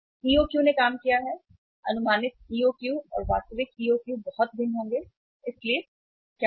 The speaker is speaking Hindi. EOQ ने काम किया है अनुमानित EOQ और वास्तविक EOQ बहुत भिन्न होंगे इसलिए क्या होगा